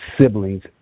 siblings